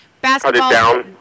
basketball